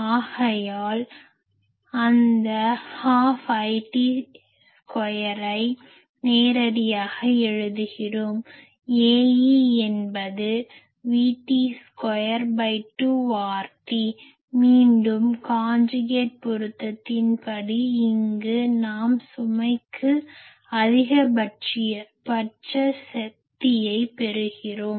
ஆகையால் அந்த ½|IT|2ஐ நேரடியாக எழுதுகிறோம் Ae என்பது V2T2RT மீண்டும் காஞ்சுகேட் பொருத்தத்தின் படி இங்கு நாம் சுமைக்கு அதிகபட்ச சக்தியைப் பெறுகிறோம்